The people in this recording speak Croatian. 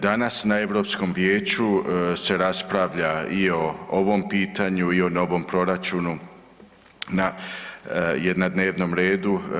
Danas na Europskom Vijeću se raspravlja i o ovom pitanju i o novom proračunu na, je na dnevnom redu.